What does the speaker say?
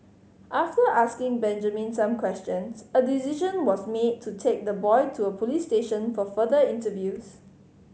after asking Benjamin some questions a decision was made to take the boy to a police station for further interviews